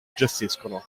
gestiscono